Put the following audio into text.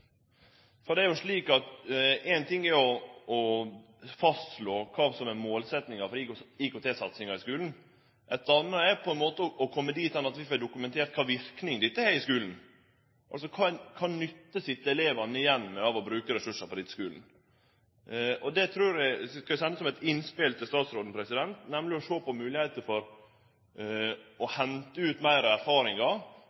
ting er å fastslå kva som er målsetjinga for IKT-satsinga i skulen. Ein annan ting er å kome dit hen at vi får dokumentert kva for verknad dette har i skulen – altså, kva for nytte sit elevane igjen med av å bruke ressursar på dette i skulen. Det trur eg at eg skal sende som eit innspel til statsråden: å sjå på moglegheiter for å